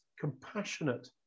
compassionate